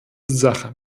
sache